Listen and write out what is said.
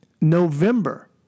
November